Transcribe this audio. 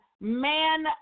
man